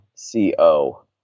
c-o